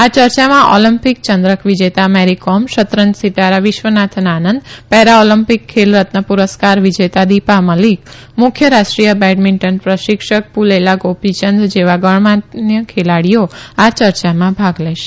આ યર્યામાં ઓલિમ્પક યંદ્રક વિજેતા મેરી કોમ શરતંજ સીતારા વિશ્વનાથન આનંદ પેરા ઓલિમ્પિક ખેલ રત્ન પુરસ્કાર વિજેતા દીપા મલિક મુખ્ય રાષ્ટ્રીય બેડમિંટન પ્રશીક્ષક પુલેલા ગોપીયંદ જેવા ગણમાન્ય ખેલાડીઓ આ યર્યામાં ભાગ લેશે